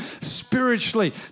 spiritually